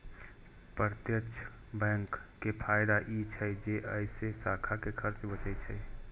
प्रत्यक्ष बैंकिंग के फायदा ई छै जे अय से शाखा के खर्च बचै छै